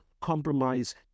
compromise